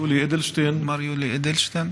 מר יולי אדלשטיין.